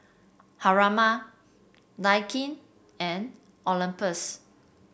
Haruma Naikin and Olympus